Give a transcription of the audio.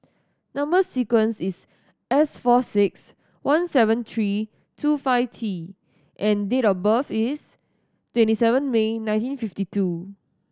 number sequence is S four six one seven three two five T and date of birth is twenty seven May nineteen fifty two